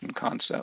concept